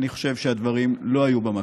אני חושב שהדברים לא היו במקום.